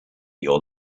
your